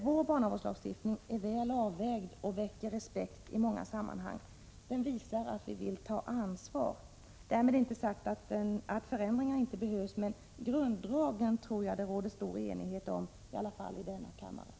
Vår barnavårdslagstiftning är väl avvägd och väcker respekt i många sammanhang. Den visar att vi vill ta ansvar. Därmed inte sagt att förändringar inte behövs, men jag tror att det råder stor enighet om grunddragen, i alla fall i denna kammare.